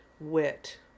wit